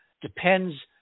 depends